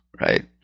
right